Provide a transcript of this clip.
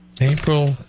April